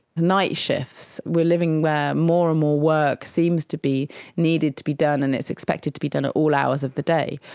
night shifts, we are living where more and more work seems to be needed to be done and it's expected to be done at all hours of the day.